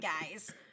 guys